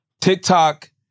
TikTok